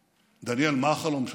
דניאל, מה החלום שלך?